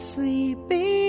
Sleepy